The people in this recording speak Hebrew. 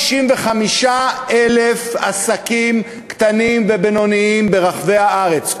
465,000 עסקים קטנים ובינוניים ברחבי הארץ,